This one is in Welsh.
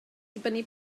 dibynnu